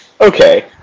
okay